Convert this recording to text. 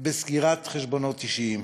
ובסגירת חשבונות אישיים.